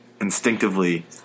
Instinctively